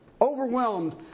Overwhelmed